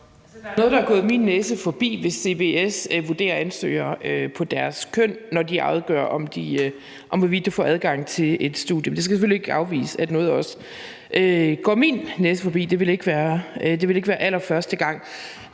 der er noget, der er gået min næse forbi, hvis CBS vurderer ansøgere på deres køn, når de afgør, hvorvidt de får adgang til et studie. Men jeg skal selvfølgelig ikke afvise, at noget også går min næse forbi; det ville ikke være allerførste gang.